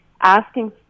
asking